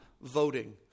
voting